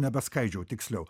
nebeskaidžiau tiksliau